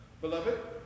Beloved